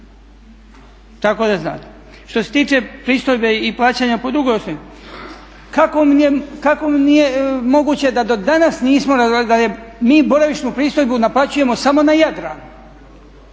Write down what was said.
Tako da znate. Što se tiče pristojbe i plaćanja po drugoj osnovi. Kako nije moguće da do danas nismo, da mi boravišnu pristojbu naplaćujemo samo na Jadranu